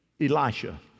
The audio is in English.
Elisha